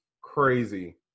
crazy